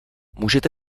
můžete